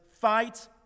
fight